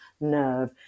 nerve